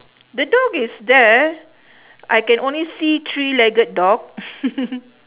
the dog is there I can only see three legged dog